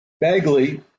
Bagley